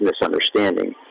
misunderstanding